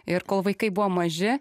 ir kol vaikai buvo maži